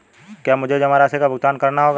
क्या मुझे जमा राशि का भुगतान करना होगा?